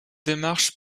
démarche